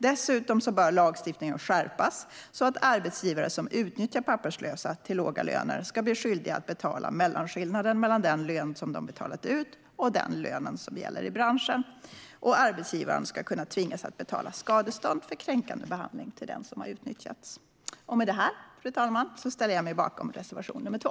Dessutom bör lagstiftningen skärpas så att arbetsgivare som utnyttjar papperslösa till låga löner ska bli skyldiga att betala mellanskillnaden mellan den lön som de betalat ut och den lön som gäller i branschen. Arbetsgivaren ska kunna tvingas att betala skadestånd för kränkande behandling till den som har utnyttjats. Med detta, fru talman, ställer jag mig bakom reservation 2.